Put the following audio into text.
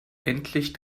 endlich